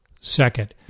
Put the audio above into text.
second